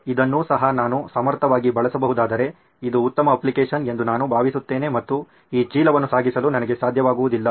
ಇದನ್ನೂ ಸಹ ನಾನು ಸಮರ್ಥವಾಗಿ ಬಳಸಬಹುದಾದರೆ ಇದು ಉತ್ತಮ ಅಪ್ಲಿಕೇಶನ್ ಎಂದು ನಾನು ಭಾವಿಸುತ್ತೇನೆ ಮತ್ತು ಈ ಚೀಲವನ್ನು ಸಾಗಿಸಲು ನನಗೆ ಸಾಧ್ಯವಾಗುವುದಿಲ್ಲ